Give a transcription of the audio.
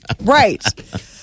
Right